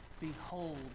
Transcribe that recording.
Behold